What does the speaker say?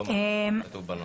לא מה שכתוב בנוסח.